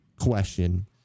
question